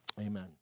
Amen